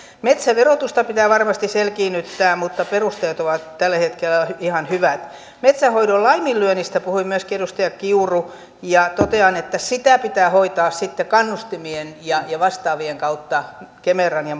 metsäverotusta pitää varmasti selkiinnyttää mutta perusteet ovat tällä hetkellä ihan hyvät metsänhoidon laiminlyönnistä puhui myöskin edustaja kiuru ja totean että sitä pitää hoitaa sitten kannustimien ja vastaavien kautta kemeran ja